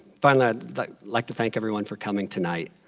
finally, i'd like to thank everyone for coming tonight.